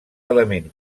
element